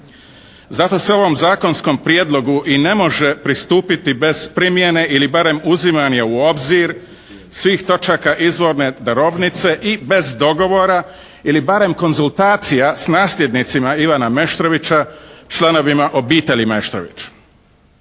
Zato se ovom zakonskom prijedlogu i ne može pristupiti bez primjene ili barem uzimanja u obzir svih točaka izvorne darovnice i bez dogovora ili barem konzultacija s nasljednicima Ivana Meštrovića članovima obitelji Meštrović.